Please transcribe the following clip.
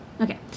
Okay